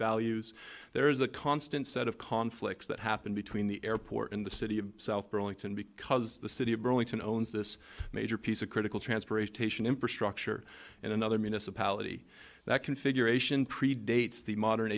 values there is a constant set of conflicts that happen between the airport in the city of south burlington because the city of burlington owns this major piece of critical transpiration haitian infrastructure and another municipality that configuration predates the modern